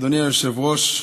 אדוני היושב-ראש,